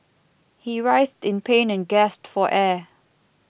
he writhed in pain and gasped for air